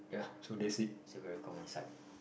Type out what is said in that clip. yeah it's a very common sight